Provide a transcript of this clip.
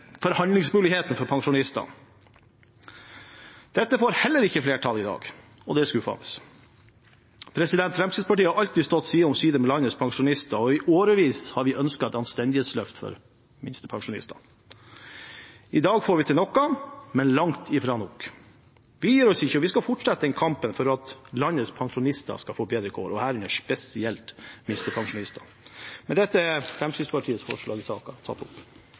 forhandlingsmuligheten for pensjonistene. Dette får heller ikke flertall i dag, og det er skuffende. Fremskrittspartiet har alltid stått side om side med landets pensjonister, og i årevis har vi ønsket et anstendighetsløft for minstepensjonistene. I dag får vi til noe, men langt fra nok. Vi gir oss ikke – vi skal fortsette den kampen for at landets pensjonister skal få bedre kår, herunder spesielt minstepensjonistene. Med det tar jeg opp forslagene Fremskrittspartiet er en del av. Representanten Dagfinn Henrik Olsen har tatt opp